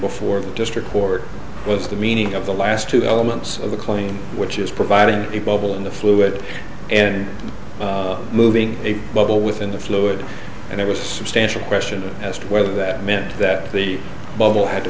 before district court was the meaning of the last two elements of the claim which is providing the bubble in the fluid and moving a bubble within the fluid and it was substantial question as to whether that meant that the bubble had to